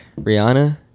Rihanna